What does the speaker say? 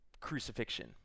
crucifixion